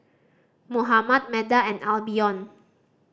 Mohammad Meda and Albion